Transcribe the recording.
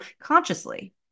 consciously